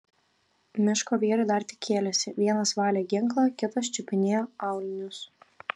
miško vyrai dar tik kėlėsi vienas valė ginklą kitas čiupinėjo aulinius